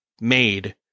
made